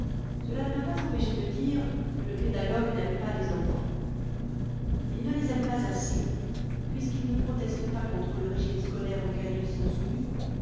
cela ne m'a pas empêché de dire le pédagogue n'aime pas les enfants il ne les aime pas assez puisqu'il ne proteste pas contre le régime scolaire auquel ils sont soumis